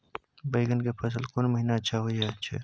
बैंगन के फसल कोन महिना अच्छा होय छै?